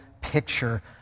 picture